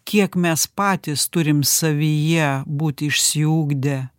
kiek mes patys turim savyje būti išsiugdę